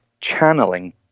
Channeling